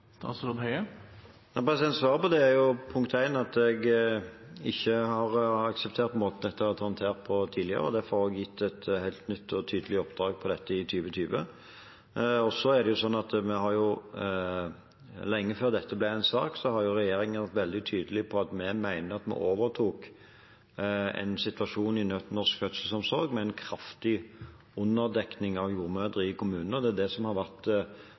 Svaret på det er – punkt 1 – at jeg ikke har akseptert måten dette har vært håndtert på tidligere, og derfor har jeg gitt et helt nytt og tydelig oppdrag om dette i 2020. Så er det sånn at lenge før dette ble en sak, har regjeringen vært veldig tydelig på at vi mener vi overtok en situasjon i norsk fødselsomsorg med en kraftig underdekning av jordmødre i kommunene. Det er det som har vært